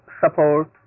support